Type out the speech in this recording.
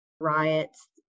riots